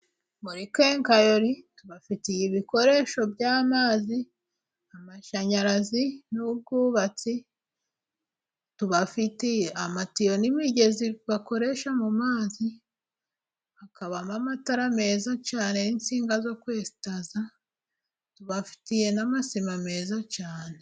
Muri kenkayori tubafitiye ibikoresho by'amazi, amashanyarazi n'ubwubatsi. Tubafitiye amatiyo bakoresha mu mazi, hakabamo amatara meza cyane n' insinga zo kwesitaza, tubafitiye n'amasima meza cyane.